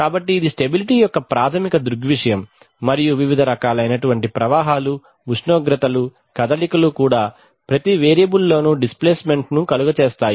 కాబట్టి ఇది స్టెబిలిటీ యొక్క ప్రాథమిక దృగ్విషయం మరియు వివ్విధ రకాలైన ప్రవాహాలు ఉష్ణోగ్రతలు కదలికలు కూడా ప్రతి వేరియబుల్ లోనూ డిస్ ప్లేస్మెంట్ కలుగ చేస్తాయి